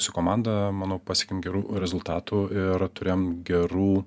su komanda manau pasiekėm gerų rezultatų ir turėjom gerų